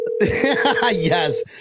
yes